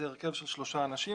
זה הרכב של שלושה אנשים.